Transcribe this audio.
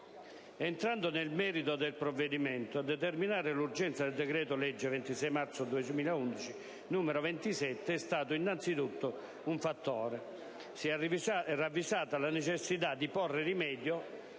Entrando nel merito del provvedimento, a determinare l'urgenza del decreto-legge n. 27 del 2011 è stato innanzitutto un fattore: si è ravvisata la necessità di porre rimedio